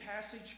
passage